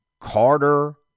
Carter